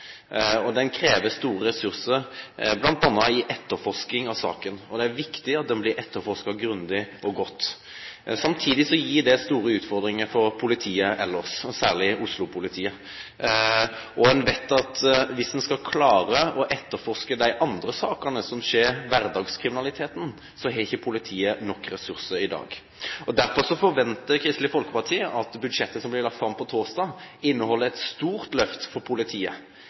store ressurser, bl.a. i etterforskning av saken. Det er viktig at den blir etterforsket grundig og godt. Samtidig gir det store utfordringer for politiet ellers – særlig Oslo-politiet. En vet at hvis en skal klare å etterforske de andre sakene – hverdagskriminaliteten – så har ikke politiet nok ressurser i dag. Derfor forventer Kristelig Folkeparti at det budsjettet som blir lagt fram på torsdag, inneholder et stort løft for politiet.